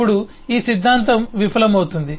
అప్పుడు ఈ సిద్ధాంతం విఫలమవుతుంది